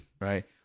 right